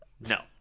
No